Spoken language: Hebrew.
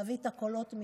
להביא את הקולות משם,